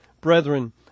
Brethren